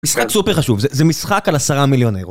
משחק סופר חשוב, זה משחק על עשרה מיליון אירו.